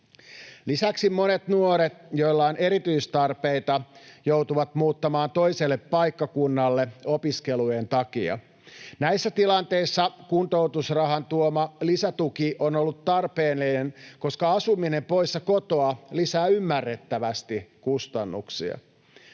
Lisäksi monet nuoret, joilla on erityistarpeita, joutuvat muuttamaan toiselle paikkakunnalle opiskelujen takia. Näissä tilanteissa kuntoutusrahan tuoma lisätuki on ollut tarpeellinen, koska asuminen poissa kotoa lisää ymmärrettävästi kustannuksia.